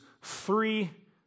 three